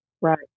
Right